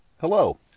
Hello